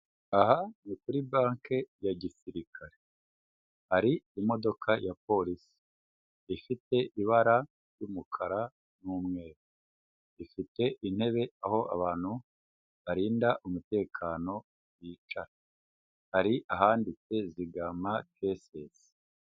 Aha ni kuri banki ya Gisirikare, hari imodoka ya polisi, ifite ibara ry'umukara n'umweru ifite intebe, aho abantu barinda umutekano bicara hari ahanditse zigama CSS.